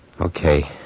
Okay